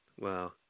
Wow